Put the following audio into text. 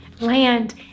land